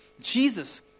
Jesus